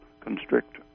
constrict